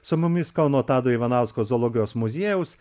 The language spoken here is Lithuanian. su mumis kauno tado ivanausko zoologijos muziejaus